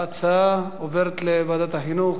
ההצעה עוברת לוועדת החינוך.